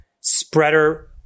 spreader